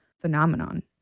phenomenon